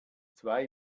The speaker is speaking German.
zwei